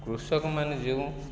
କୃଷକମାନେ ଯେଉଁ